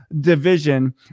division